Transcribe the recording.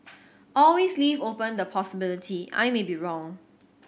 always leave open the possibility I may be wrong